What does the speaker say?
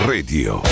Radio